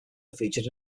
featured